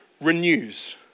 renews